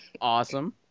Awesome